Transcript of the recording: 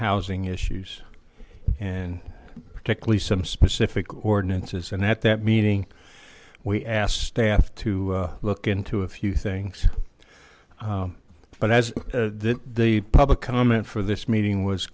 housing issues and particularly some specific ordinances and at that meeting we asked staff to look into a few things but as the the public comment for this meeting was